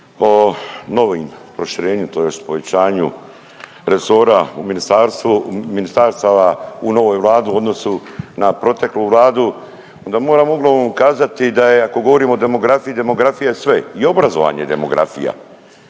o novim proširenju, tj. povećanju resora u ministarstvu, ministarstava u novoj Vladi u odnosu na proteklu Vladu, onda moram uglavnom kazati da je, ako govorim o demografiji demografija je sve. I obrazovanje je demografija.